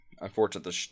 Unfortunately